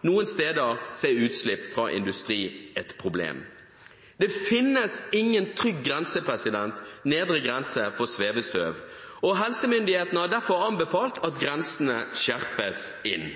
Noen steder er utslipp fra industri et problem. Det finnes ingen trygg nedre grense for svevestøv, og helsemyndighetene har derfor anbefalt at grensene skjerpes inn.